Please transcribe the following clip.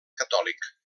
catòlic